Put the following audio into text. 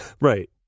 right